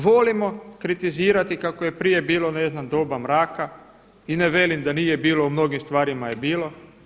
Volimo kritizirati kako je prije bilo doba mraka i ne velim da nije bilo, u mnogim stvarima je bilo.